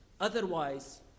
Otherwise